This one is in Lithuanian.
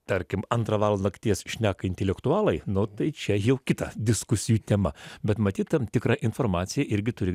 tarkim antrą valandą nakties šneka intelektualai nu tai čia jau kita diskusijų tema bet matyt tam tikrą informaciją irgi turi